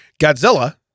Godzilla